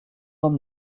homme